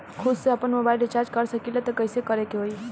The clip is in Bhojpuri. खुद से आपनमोबाइल रीचार्ज कर सकिले त कइसे करे के होई?